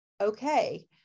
okay